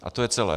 A to je celé.